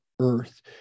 earth